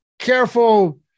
Careful